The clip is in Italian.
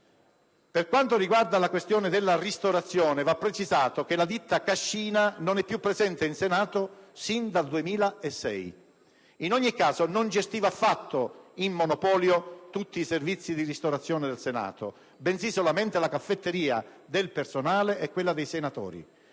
Per quanto riguarda la questione della ristorazione, va precisato che la ditta "La Cascina" non è più presente in Senato sin dal 2006. In ogni caso non gestiva affatto in monopolio tutti i servizi di ristorazione del Senato, bensì solamente la caffetteria del personale e quella dei senatori.